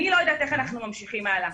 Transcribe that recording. אני לא יודעת איך אנחנו ממשיכים האלה,